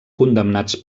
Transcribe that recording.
condemnats